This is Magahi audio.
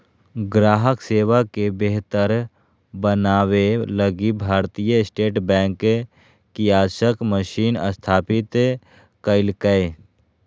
ग्राहक सेवा के बेहतर बनाबे लगी भारतीय स्टेट बैंक कियाक्स मशीन स्थापित कइल्कैय